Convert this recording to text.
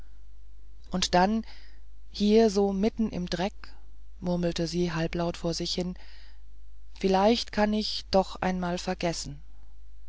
und dann hier so mitten im dreck murmelte sie halblaut vor sich hin vielleicht kann ich doch einmal vergessen